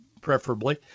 preferably